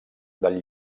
del